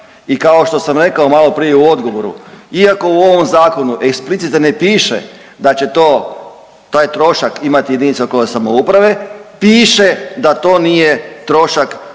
I kao što sam i rekao malo prije u odgovoru, iako u ovom zakonu eksplicite ne piše da će to, taj trošak imati jedinica lokalne samouprave piše da to nije trošak